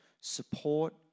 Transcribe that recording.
support